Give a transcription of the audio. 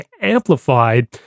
amplified